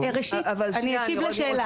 אני אשיב לשאלה.